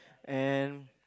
and